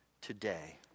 today